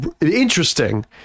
interesting